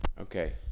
Okay